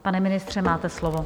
Pane ministře, máte slovo.